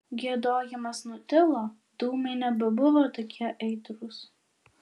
giedojimas nutilo dūmai nebebuvo tokie aitrūs